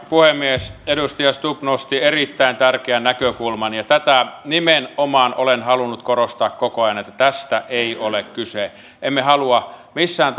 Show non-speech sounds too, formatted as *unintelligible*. puhemies edustaja stubb nosti erittäin tärkeän näkökulman ja tätä nimenomaan olen halunnut korostaa koko ajan että tästä ei ole kyse emme halua missään *unintelligible*